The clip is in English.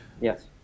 Yes